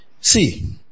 See